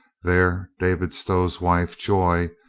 there david stow's wife, joy,